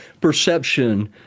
perception